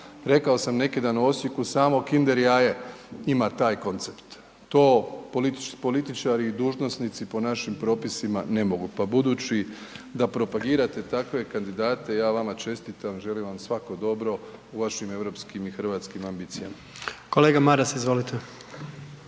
Rekao sam neki dan u Osijeku, samo Kinder jaje ima taj koncept. To političari i dužnosnici po našim propisima ne mogu pa budući da propagirate takve kandidate, ja vama čestitam, želim vam svako dobro u vašim europskim i hrvatskim ambicijama. **Jandroković,